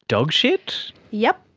dog shit? yep,